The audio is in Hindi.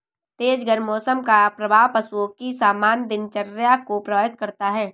तेज गर्म मौसम का प्रभाव पशुओं की सामान्य दिनचर्या को प्रभावित करता है